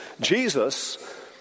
Jesus